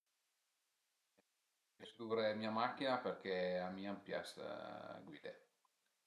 Preferisu duvré mia machin-a perché a mi a m'pias guidé